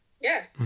Yes